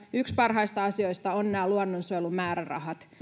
yksi parhaista asioista on nämä luonnonsuojelumäärärahat